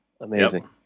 amazing